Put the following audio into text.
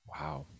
Wow